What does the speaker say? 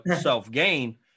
self-gain